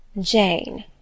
Jane